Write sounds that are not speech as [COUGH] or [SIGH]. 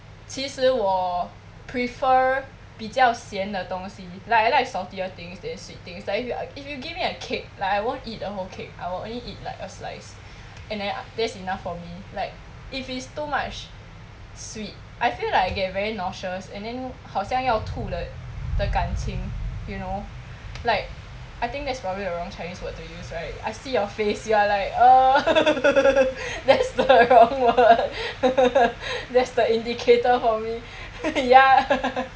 其实我 prefer 比较咸的东西 like I like saltier things than sweet things like if you are if you give me a cake like I won't eat the whole cake I will only eat like a slice and then that's enough for me like if it's too much sweet I feel like I get very nauseous and then 好像要吐了的感情 you know like I think that's probably the wrong chinese words to use right I see your face you are like err [LAUGHS] that's the wrong word that's the indicator for me ya